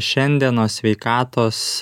šiandienos sveikatos